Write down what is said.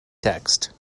text